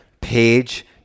page